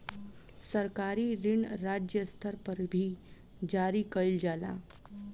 सरकारी ऋण राज्य स्तर पर भी जारी कईल जाला